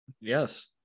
Yes